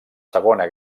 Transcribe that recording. segona